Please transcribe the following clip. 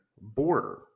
border